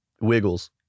Wiggles